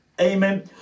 Amen